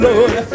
Lord